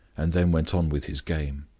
and then went on with his game.